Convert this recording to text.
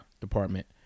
department